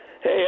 Hey